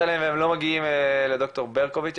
אליהם והם לא מגיעים אל ד"ר ברקוביץ,